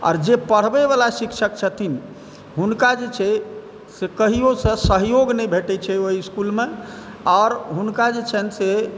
आओरजे पढ़बैवला शिक्षक छथिन हुनका जे छै से कहिओसँ सहयोग नहि भेटै छै ओहि इसकुलमे आओर हुनका जे छनि से